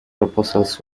proposals